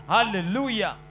Hallelujah